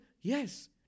Yes